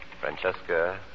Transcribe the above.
Francesca